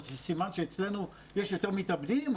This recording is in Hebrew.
זה סימן שאצלנו יש יותר מתאבדים?